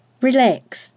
relax